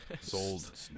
sold